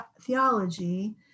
theology